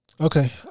Okay